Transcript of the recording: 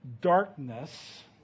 darkness